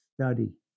study